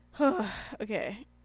okay